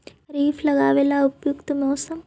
खरिफ लगाबे ला उपयुकत मौसम?